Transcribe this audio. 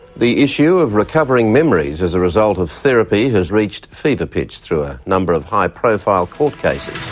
the issue of recovering memories as a result of therapies has reached fever pitch throughout a number of high profile court cases.